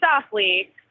softly